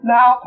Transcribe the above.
Now